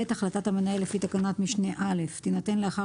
החלטת המנהל לפי תקנת משנה (א) תינתן לאחר